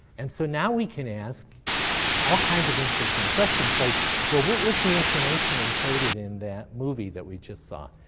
and so now we can ask all kinds of interesting questions, like well, what was the information encoded in that movie that we just saw?